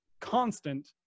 constant